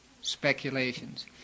speculations